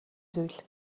зүйл